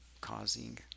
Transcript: causing